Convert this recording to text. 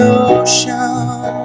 ocean